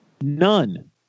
None